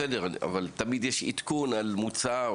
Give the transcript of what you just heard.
בסדר, אבל תמיד יש עדכון על מוצר.